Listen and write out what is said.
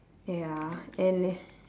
ya and